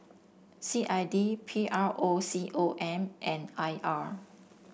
C I D P R O C O M and I R